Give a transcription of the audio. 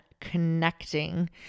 connecting